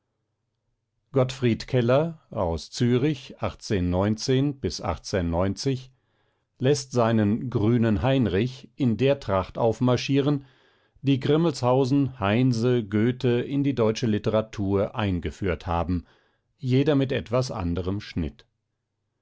gottfried keller aus zürich läßt seinen grünen heinrich in der tracht aufmarschieren die grimmelshausen heinse goethe in die deutsche literatur eingeführt haben jeder mit etwas anderem schnitt